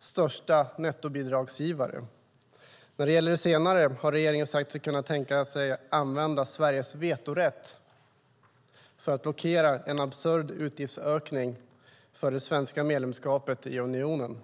största nettobidragsgivare. När det gäller det senare har regeringen sagt sig kunna tänka sig att använda Sveriges vetorätt för att blockera en absurd utgiftsökning för det svenska medlemskapet i unionen.